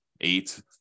eight